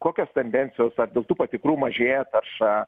o kokios tendencijos ar dėl tų patikrų mažėja tarša